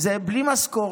זה בלי משכורת,